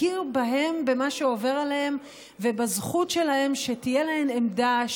הכיר במה שעובר עליהם ובזכות שלהם שתהיה להן עמדה,